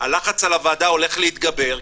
הלחץ על הוועדה הולך להתגבר,